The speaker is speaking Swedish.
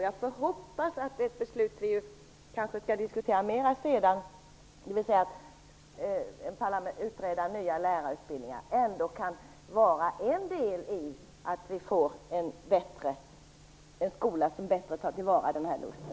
Jag hoppas att det beslut vi kanske skall diskutera mer sedan, dvs. en utredning av nya lärarutbildningar, kan bidra till att vi får en skola som bättre tar till vara den här lusten.